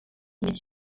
mig